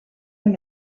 amb